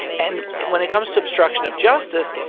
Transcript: and when it comes to obstruction of justice,